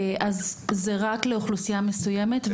אז זה רק לאוכלוסייה מסוימת.